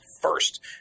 first